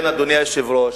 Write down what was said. אדוני היושב-ראש,